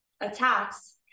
attacks